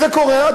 וזה קורה.